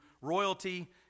royalty